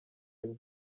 ine